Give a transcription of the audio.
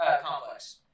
complex